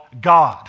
God